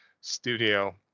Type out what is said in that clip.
Studio